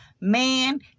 Man